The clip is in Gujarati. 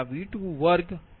782620